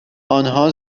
آنها